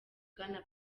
bwana